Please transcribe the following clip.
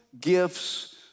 gifts